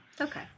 Okay